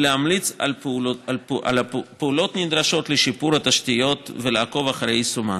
להמליץ על פעולות נדרשות לשיפור התשתיות ולעקוב אחרי יישומן.